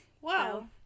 Wow